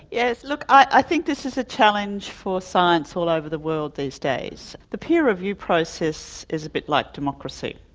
yes, look, i think this is a challenge for science all over the world these days. the peer review process is a bit like democracy,